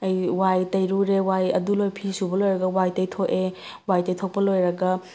ꯑꯩ ꯋꯥꯏ ꯇꯩꯔꯨꯔꯦ ꯋꯥꯏ ꯑꯗꯨ ꯂꯣꯏ ꯐꯤ ꯁꯨꯕ ꯂꯣꯏꯔꯒ ꯋꯥꯏ ꯇꯩꯊꯣꯛꯑꯦ ꯋꯥꯏ ꯇꯩꯊꯣꯛꯄ ꯂꯣꯏꯔꯒ